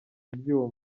ibyuma